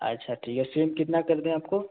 अच्छा ठीक है सेम कितना कर दें आपको